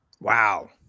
Wow